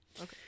Okay